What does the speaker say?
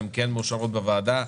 הן כן מאושרות בוועדה,